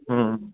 ਹੂੰ